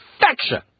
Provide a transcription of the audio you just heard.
perfection